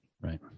Right